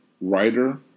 writer